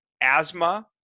asthma